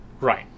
Right